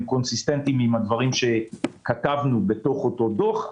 קונסיסטנטיים עם הדברים שכתבנו בתוך אותו דוח.